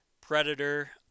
Predator